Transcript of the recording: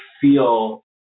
feel